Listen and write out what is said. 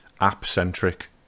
app-centric